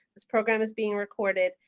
this program is being recorded.